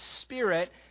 spirit